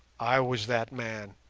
i was that man,